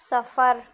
سفر